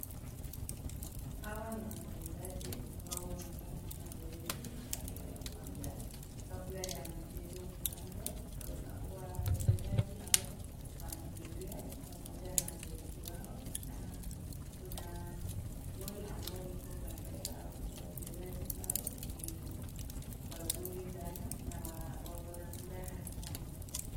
Hawa ni wachezaji ambao wanafanya mazoezi kando ya uwanja kabla ya mchezo kuanza na wachezaji wanakimbia pamoja na kochi wao na kuna goal ambayo iko kando yao . Wachezaji hao ni wazuri sana na wako na furaha sana .